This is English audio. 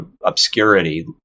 obscurity